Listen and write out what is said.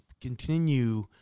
continue